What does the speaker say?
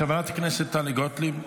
חברת הכנסת טלי גוטליב,